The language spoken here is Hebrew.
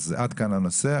עד כאן הנושא.